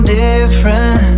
different